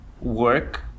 work